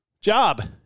job